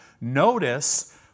Notice